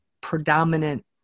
predominant